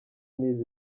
n’izi